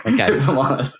okay